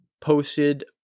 posted